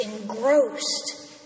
engrossed